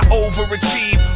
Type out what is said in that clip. overachieve